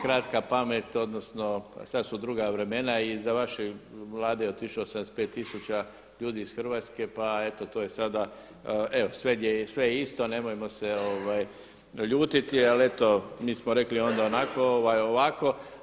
Kratka pamet, odnosno, sad su druga vremena i za vaše Vlade je otišlo 75.000 ljudi iz Hrvatske pa eto to je sada, evo sve je isto nemojmo se ljutiti, ali eto mi smo onda rekli ovako, ovaj ovako.